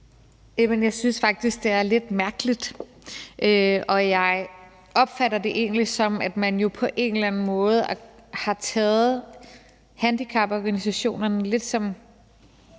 Jeg synes faktisk, det er lidt mærkeligt, og jeg opfatter det egentlig sådan, at man på en eller anden måde har taget handicaporganisationerne lidt som